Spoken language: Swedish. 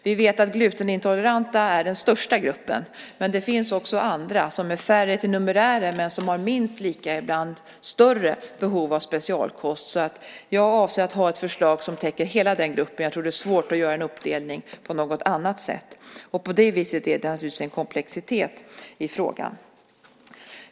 Vi vet att glutenintoleranta är den största gruppen, men det finns också andra som är färre till numerären men som har minst lika stora eller ibland större behov av specialkost. Jag avser att ha ett förslag som täcker hela den gruppen. Jag tror att det är svårt att göra en uppdelning på något annat sätt. På det sättet finns det naturligtvis en komplexitet i frågan.